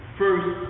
first